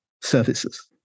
services